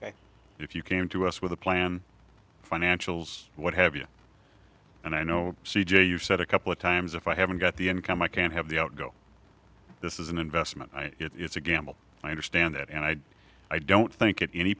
now if you came to us with a plan financials what have you and i know c j you've said a couple of times if i haven't got the income i can't have the outgo this is an investment it's a gamble i understand that and i i don't think it any